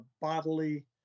bodily